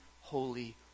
holy